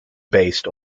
based